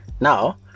Now